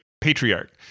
patriarch